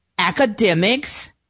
academics